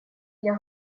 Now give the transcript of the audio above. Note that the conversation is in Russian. для